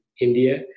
India